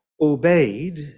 obeyed